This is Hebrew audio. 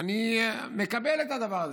אני מקבל את הדבר הזה.